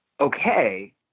Okay